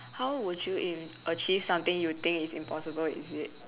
how would you a~ achieve something you think is impossible is it